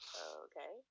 okay